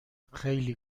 خیلی